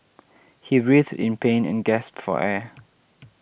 he writhed in pain and gasped for air